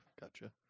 gotcha